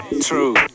True